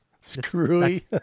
screwy